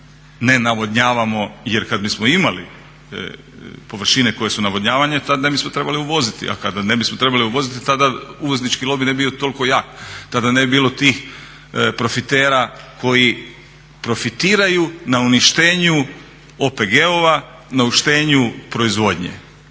ne navodnjavamo jer kad bismo imali površine koje su navodnjavane tad ne bismo trebali uvoziti, a kada ne bismo trebali uvoziti tada uvoznički lobij ne bi bio toliko jak, tada ne bi bilo tih profitera koji profitiraju na uništenju OPG-ova, na uništenju proizvodnje,